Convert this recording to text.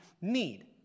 need